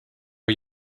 are